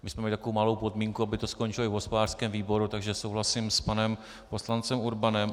Měli jsme takovou malou podmínku, aby to skončilo i v hospodářském výboru, takže souhlasím s panem poslancem Urbanem.